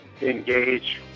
engage